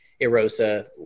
Erosa